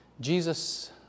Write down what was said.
Jesus